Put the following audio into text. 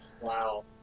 Wow